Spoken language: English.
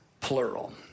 plural